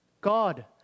God